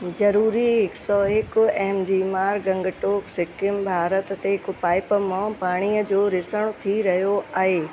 ज़रूरी हिकु सौ हिकु एम जी मार्ग गंगटोक सिक्किम भारत ते हिकु पाइप मां पाणीअ जो रिसणु थी रहियो आहे